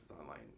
online